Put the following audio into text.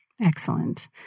Excellent